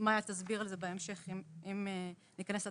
אם ניכנס לתחשיבים,